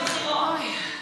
כן.